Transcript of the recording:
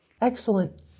Excellent